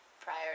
prior